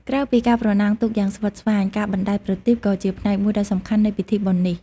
ក្រៅពីការប្រណាំងទូកយ៉ាងស្វិតស្វាញ ការបណ្ដែតប្រទីបក៏ជាផ្នែកមួយដ៏សំខាន់នៃពិធីបុណ្យនេះ។